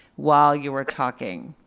while you're talking.